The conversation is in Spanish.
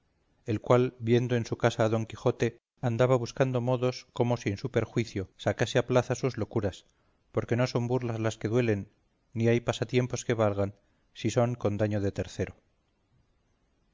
el cual viendo en su casa a don quijote andaba buscando modos como sin su perjuicio sacase a plaza sus locuras porque no son burlas las que duelen ni hay pasatiempos que valgan si son con daño de tercero